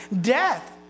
Death